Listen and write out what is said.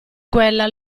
quella